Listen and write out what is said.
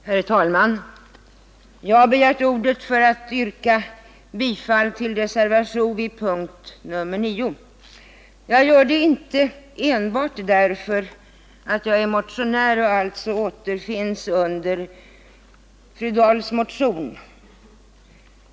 Herr talman! Jag har begärt ordet för att yrka bifall till reservationen 7 under punkten 9. Jag gör det inte enbart därför att jag är motionär och mitt namn alltså återfinns under fru Dahls motion.